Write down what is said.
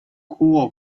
core